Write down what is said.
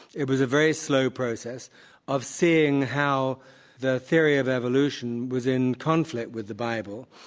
it was a very slow process of seeing how the theory of evolution was in conflict with the bible.